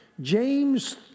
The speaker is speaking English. James